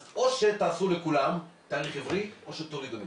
אז או שתעשו לכולם תאריך עברי, או שתורידו לכולם.